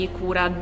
cura